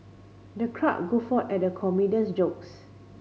the crowd guffawed at the comedian's jokes